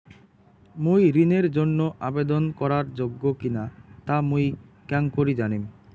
মুই ঋণের জন্য আবেদন করার যোগ্য কিনা তা মুই কেঙকরি জানিম?